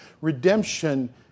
Redemption